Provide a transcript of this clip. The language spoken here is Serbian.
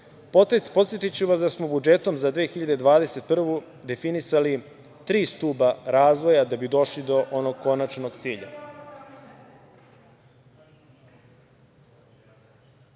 potpunosti. Podsetiću vas da smo budžetom za 2021. godinu definisali tri stuba razvoja da bi došli do onog konačnog cilja.